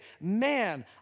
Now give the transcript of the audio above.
man